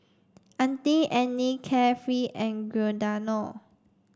Auntie Anne Carefree and Giordano